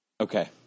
Okay